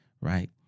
right